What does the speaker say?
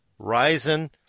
Ryzen